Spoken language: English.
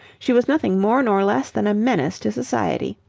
she was nothing more nor less than a menace to society.